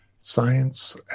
Science